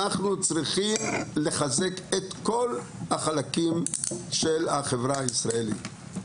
אנחנו צריכים לחזק את כל החלקים של החברה הישראלית.